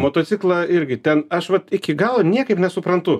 motociklą irgi ten aš vat iki galo niekaip nesuprantu